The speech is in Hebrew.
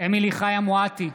אמילי חיה מואטי,